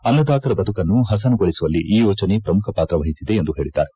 ಅನ್ನದಾತರ ಬದುಕನ್ನು ಪಸನುಗೊಳಿಸುವಲ್ಲಿ ಈ ಯೋಜನೆ ಪ್ರಮುಖ ಪಾತ್ರ ವಹಿಸಿದೆ ಎಂದು ಹೇಳಿದ್ದಾರೆ